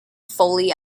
foley